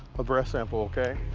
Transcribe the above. a breath sample, ok?